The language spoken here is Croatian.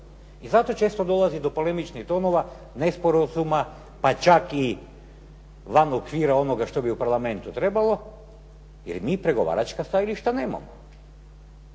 I zato često dolazi do polemičnih tonova, nesporazuma, pa čak i van okvira onoga što bi u Parlamentu trebalo jer mi pregovaračka stajališta nemamo.